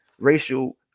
racial